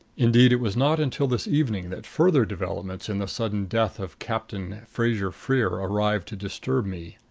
indeed, it was not until this evening that further developments in the sudden death of captain fraser-freer arrived to disturb me.